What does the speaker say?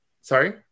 sorry